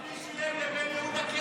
זה מראה מי אתם.